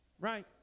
right